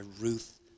Ruth